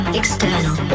external